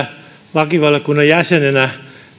lakivaliokunnan jäsenenä